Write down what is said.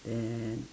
and